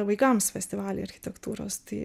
vaikams festivalį architektūros tai